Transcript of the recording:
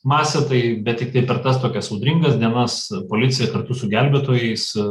masę tai bet tik tai per tas tokias audringas dienas policija kartu su gelbėtojais